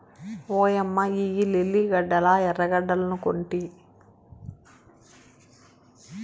ఓయమ్మ ఇయ్యి లిల్లీ గడ్డలా ఎర్రగడ్డలనుకొంటి